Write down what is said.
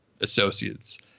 Associates